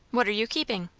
what are you keeping?